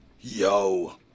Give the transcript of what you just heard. yo